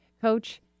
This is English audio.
coach